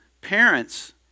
parents